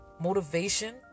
motivation